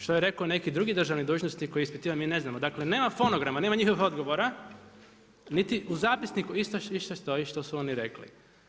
Što je rekao neki drugi državni dužnosnik koji je ispitivan, mi ne znamo, dale neka fonograma nema njihovih odgovora niti u zapisniku išta stoji što su oni rekli.